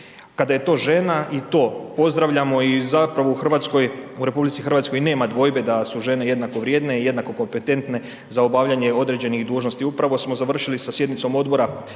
Kada je to žena i to pozdravljamo i zapravo u RH nema dvojbe da su žene jednako vrijedne i jednako kompetentne za obavljanje određenih dužnosti. Upravo smo završili sa sjednicom Odbor